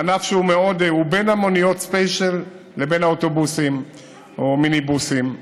זה ענף שהוא בין המוניות הספיישל לבין האוטובוסים או המיניבוסים.